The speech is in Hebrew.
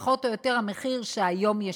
פחות או יותר המחיר שקיים היום.